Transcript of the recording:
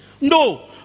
No